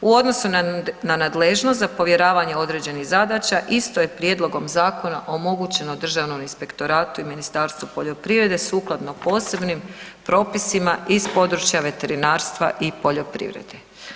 U odnosu na nadležnost, za povjeravanje određenih zadaća, isto je prijedlogom zakona omogućeno Državnom inspektoratu i Ministarstvu poljoprivrede sukladno posebnim propisima iz područja veterinarstva i poljoprivrede.